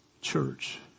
Church